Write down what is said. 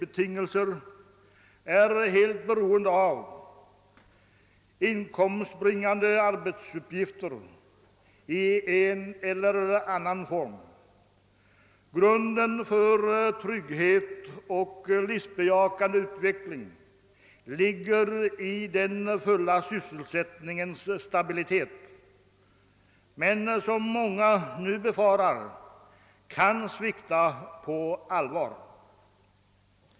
Människorna är helt beroende av inkomster i en eller annan form. Grunden för trygghet och livsbejakande utveckling ligger i den stabila och fulla sysselsättning som många nu befarar skall svikta på allvar.